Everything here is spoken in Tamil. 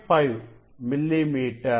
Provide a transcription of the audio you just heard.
5 மில்லிமீட்டர்